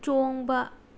ꯆꯣꯡꯕ